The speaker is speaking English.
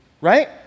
Right